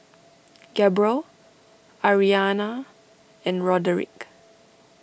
Gabriel Aryana and Roderic